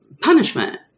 punishment